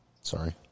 Sorry